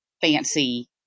fancy